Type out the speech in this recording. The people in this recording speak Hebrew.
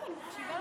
למה?